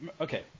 okay